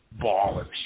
ballers